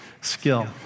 skill